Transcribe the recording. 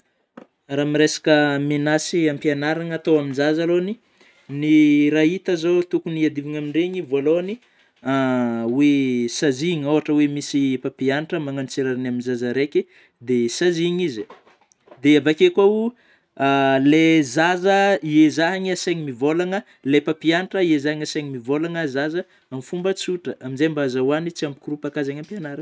Raha resaka menasy ampianaragna atao amin'ny zaza alôgny, ny raha hita zao tokogny hiadivana amin'iregny, vôalôhany oe saziagna ôhatra oe misy mampianatra manao ny tsy rariny amin'ny zaza raiky, de saziana izy eh, dia avy akeo koa oh le zaza iezahagna asainy mivôlagna, le mpampianatra ezahina asainy mivôlagna zaza amin'ny fomba tsôtra; amin'izay mba azahoany tsy hampiikoropaka azy any ampianarana